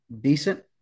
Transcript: decent